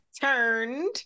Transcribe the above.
turned